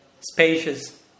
Spacious